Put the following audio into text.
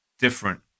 different